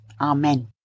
Amen